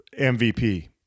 MVP